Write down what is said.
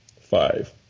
five